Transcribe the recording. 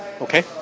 Okay